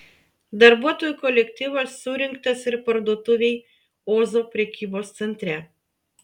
darbuotojų kolektyvas surinktas ir parduotuvei ozo prekybos centre